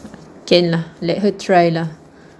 can lah let her try lah